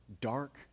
Dark